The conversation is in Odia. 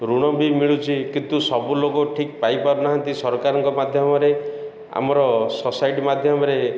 ଋଣ ବି ମିଳୁଛି କିନ୍ତୁ ସବୁ ଲୋକ ଠିକ୍ ପାଇପାରୁନାହାନ୍ତି ସରକାରଙ୍କ ମାଧ୍ୟମରେ ଆମର ସୋସାଇଟି ମାଧ୍ୟମରେ